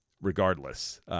regardless